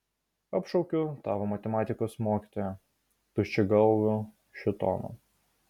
apšaukiu tavo matematikos mokytoją tuščiagalviu šėtonu